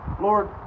Lord